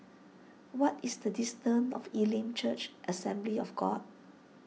what is the distance of Elim Church Assembly of God